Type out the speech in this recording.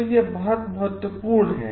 तो यह बहुत महत्वपूर्ण है